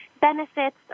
benefits